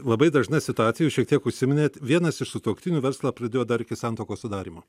labai dažna situacija jūs šiek tiek užsiminėt vienas iš sutuoktinių verslą pradėjo dar iki santuokos sudarymo